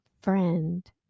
friend